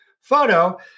photo